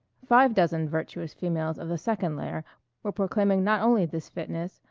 five dozen virtuous females of the second layer were proclaiming not only this fitness,